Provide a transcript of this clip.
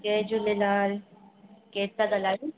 जय झूलेलाल केर था ॻाल्हायो